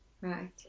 Right